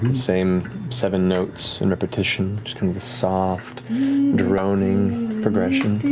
same seven notes in repetition. just kind of the soft droning progression.